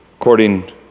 According